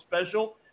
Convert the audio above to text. special